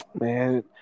Man